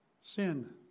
Sin